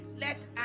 let